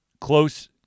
close